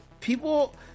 People